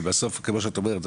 כמו שאת אומרת,